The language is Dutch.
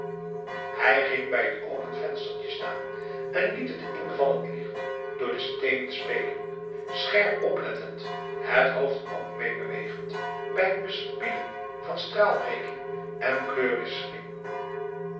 hij ging bij het open venstertje staan en liet het invallend licht door de steenen spelen scherp oplettend het hoofd ook mee bewegend bij het bespieden van straalbreking en